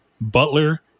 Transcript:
butler